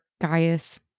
gaius